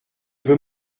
peux